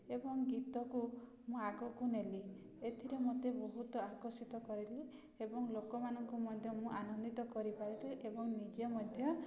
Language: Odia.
ଏବଂ ଗୀତକୁ ମୁଁ ଆଗକୁ ନେଲି ଏଥିରେ ମତେ ବହୁତ ଆକର୍ଷିତ କରିଲି ଏବଂ ଲୋକମାନଙ୍କୁ ମଧ୍ୟ ମୁଁ ଆନନ୍ଦିତ କରିପାରିଲି ଏବଂ ନିଜେ ମଧ୍ୟ